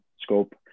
scope